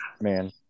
Man